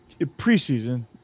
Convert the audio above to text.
preseason